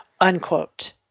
unquote